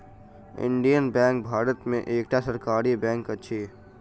Indian Bank Bharat में एकटा सरकारी बैंक अछि